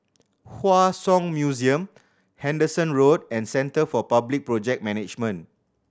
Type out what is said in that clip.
Hua Song Museum Henderson Road and Centre for Public Project Management